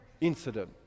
incident